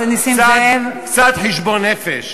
קצת חשבון נפש.